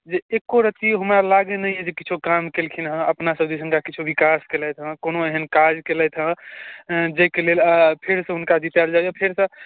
जे एको रति ओ हमरा लागैया नहि जे किछु काम कयलखिन हँ अपना सभ दिसनका किछु विकास कयलथि हँ कोनो एहन काज कयलथि हँ जाहिके लेल फेरसँ हुनका जितायल जाय फेरसँ